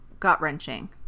gut-wrenching